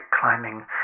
climbing